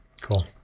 Cool